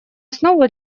основу